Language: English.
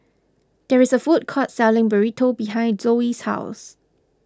there is a food court selling Burrito behind Zoe's house